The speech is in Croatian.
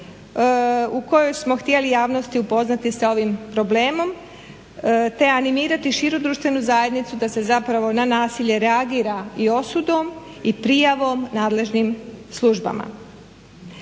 u kojoj smo htjeli javnost upoznati sa ovim problemom te animirati širu društvenu zajednicu da se zapravo na nasilje reagira i osudom i prijavom nadležnim službama.